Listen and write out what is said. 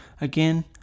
Again